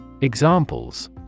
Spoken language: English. Examples